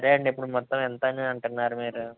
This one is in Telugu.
సరే అండి ఇప్పుడు మొత్తం ఎంత అని అంటున్నారు మీరు